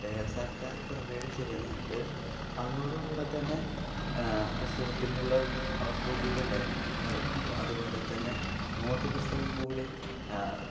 സർക്കാർ പ്രൊവൈഡ് ചെയ്യുന്നുണ്ട് അതോടു കൂടി തന്നെ പുസ്തകത്തിനുള്ള ഔപ്പതികളെ അതുപോലെ തന്നെ നോട്ട് പുസ്തകം കൂടി